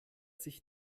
sich